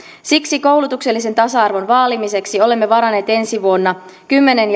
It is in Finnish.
siksi koulutuksellisen tasa arvon vaalimiseksi olemme varanneet ensi vuonna kymmenen